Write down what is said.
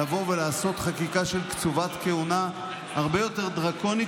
לבוא ולעשות חקיקה של קצובת כהונה הרבה יותר דרקונית,